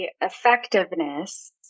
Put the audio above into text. effectiveness